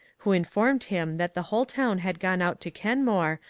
who informed him that the whole town had gone out to kenmore,